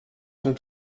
sont